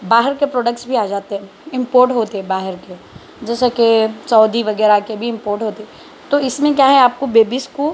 باہر کے پروڈکس بھی آ جاتے امپورٹ ہوتے باہر کے جیسا کہ سعودی وغیرہ کے بھی امپورٹ ہوتے تو اس میں کیا ہے آپ کو بیبیز کو